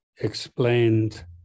explained